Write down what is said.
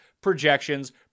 projections